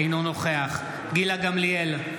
אינו נוכח גילה גמליאל,